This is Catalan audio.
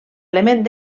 element